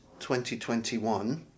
2021